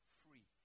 free